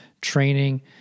training